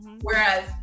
Whereas